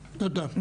תודה.